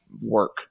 work